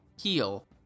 heal